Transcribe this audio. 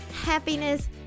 happiness